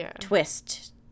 twist